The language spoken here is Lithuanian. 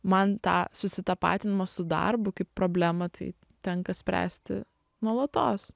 man tą susitapatinimą su darbu kaip problemą tai tenka spręsti nuolatos